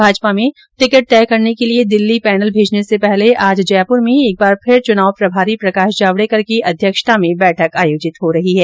भाजपा में टिकिट तय करने के लिये दिल्ली पैनल भेजने से पहले आज जयपुर में एक बार फिर चुनाव प्रभारी प्रकाश जावडेकर की अध्यक्षता में बैठक आयोजित हो रही है